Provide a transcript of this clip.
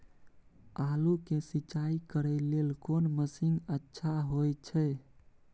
आलू के सिंचाई करे लेल कोन मसीन अच्छा होय छै?